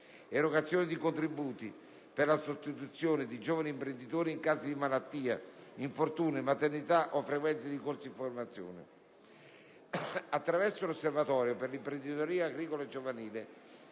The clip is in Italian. l'erogazione di contributi per la sostituzione di giovani imprenditori in caso di malattia, infortunio, maternità o frequenza di corsi di formazione. Attraverso l'Osservatorio per l'imprenditoria agricola giovanile